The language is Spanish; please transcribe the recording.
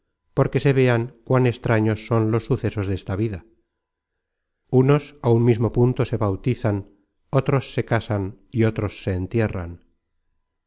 porque se vean cuán extraños son los sucesos desta vida unos á un mismo punto se bautizan otros se casan y otros se entierran